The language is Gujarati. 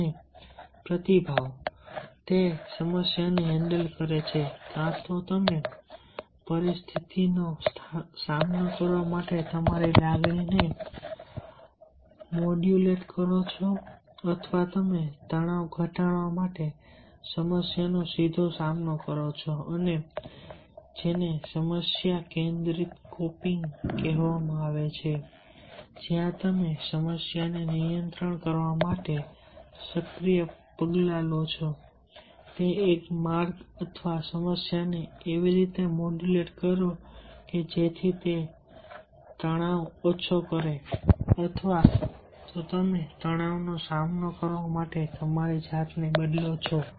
અને પ્રતિભાવ તે સમસ્યાને હેન્ડલ કરે છે કાંતો તમે પરિસ્થિતિનો સામનો કરવા માટે તમારી લાગણીને મોડ્યુલેટ કરો છો અથવા તમે તણાવ ઘટાડવા માટે સમસ્યાનો સીધો સામનો કરો છો અને જેને સમસ્યા કેન્દ્રિત કોપિંગ કહેવામાં આવે છે જ્યાં તમે સમસ્યાને નિયંત્રિત કરવા માટે સક્રિય પગલાં લો છો તે એક માર્ગ અથવા સમસ્યાને એવી રીતે મોડ્યુલેટ કરો કે જેથી તે તણાવ ઓછો કરે અથવા તો તમે તણાવનો સામનો કરવા માટે તમારી જાતને બદલો છો